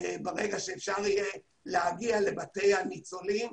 ברגע שאפשר יהיה להגיע לבתי הניצולים,